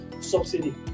subsidy